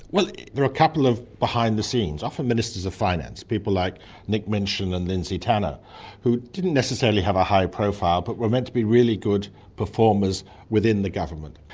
there are a couple of behind-the-scenes. often ministers of finance, people like nick minchin and lindsay tanner who didn't necessarily have a high profile but were meant to be really good performers within the government.